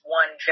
one